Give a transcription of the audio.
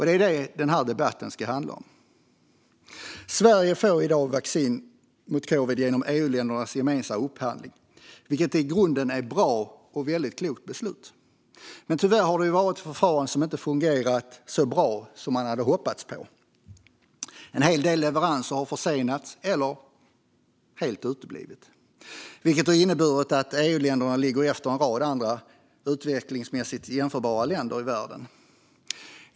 Det är det den här debatten handlar om. Sverige får i dag vaccin mot covid genom EU-ländernas gemensamma upphandling, vilket i grunden är ett bra och väldigt klokt beslut. Men tyvärr har vissa förfaranden inte fungerat så bra som man hade hoppats på. En hel del leveranser har försenats eller helt uteblivit, vilket har inneburit att EU-länderna ligger efter en rad andra utvecklingsmässigt jämförbara länder i världen.